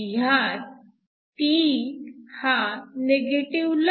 ह्यात p हा निगेटिव्हला